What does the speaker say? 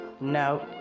No